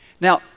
Now